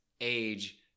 age